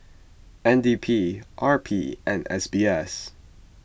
N D P R P and S B S